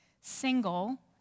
single